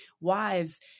wives